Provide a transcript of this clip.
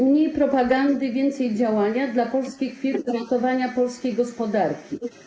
Mniej propagandy, więcej działania dla polskich firm i ratowania polskiej gospodarki.